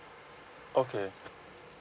okay